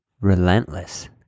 relentless